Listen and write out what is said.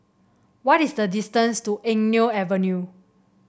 what is the distance to Eng Neo Avenue